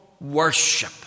worship